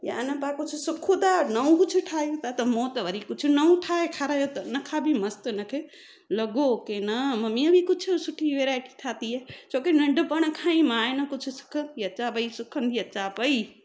या आहे न पाण सिखूं था नओ कुझु ठाहियूं था त मूं त वरी कुझु नयो ठाहे खारायो त हुन खां बि मस्तु हुन खे लॻो किन न मम्मीअ बि कुझु सुठी वैराइटी ठाही आहे छोकी नंढिपण खां ई मां आहे न कुझु सिखंदी अचा पई सिखंदी अचा पई